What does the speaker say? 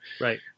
right